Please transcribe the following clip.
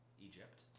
Egypt